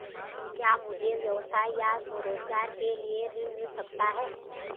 क्या मुझे व्यवसाय या स्वरोज़गार के लिए ऋण मिल सकता है?